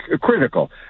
critical